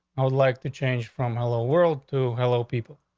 i would like to change from hello world to hello, people.